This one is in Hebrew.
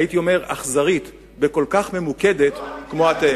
הייתי אומר, אכזרית, וכל כך ממוקדת כמו שאתם.